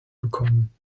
bekommen